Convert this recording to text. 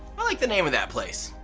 i like the name of that place.